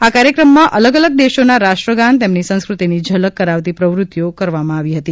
આ કાર્યક્રમમાં અલગ અલગ દેશોના રાષ્ટ્રગાન તેમની સંસ્કૃતિની ઝલક કરાવતી પ્રવૃત્તિઓ કરવામાં આવી હતી